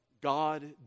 God